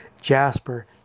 Jasper